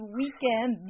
weekend